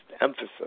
emphasis